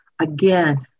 again